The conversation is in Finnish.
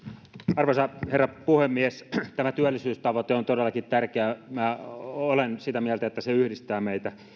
arvoisa herra puhemies tämä työllisyystavoite on on todellakin tärkeä minä olen sitä mieltä että se yhdistää meitä